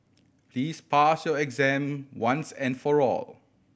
please pass your exam once and for all